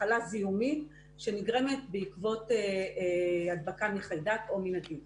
מחלה זיהומית שנגרמת בעקבות הדבקה מחיידק או מנגיף.